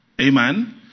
Amen